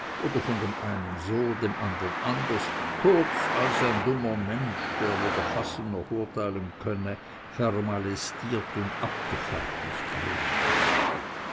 oder von dem einen so dem andern anders kurz als ein dummer mensch der weder fassen noch urteilen könne vermalestiert und abgefertigt werde